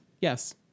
Yes